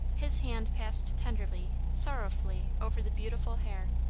his hand passed tenderly, sorrowfully, over the beautiful hair,